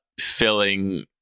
filling